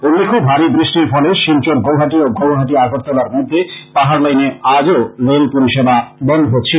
উল্লেখ্য ভারী বৃষ্টির ফলে শিলচর গৌহাটী ও গৌহাটী আগরতলার মধ্যে পাহাড় লাইনে আজও রেল পরিষেবা বন্ধ ছিল